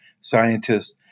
scientists